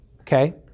okay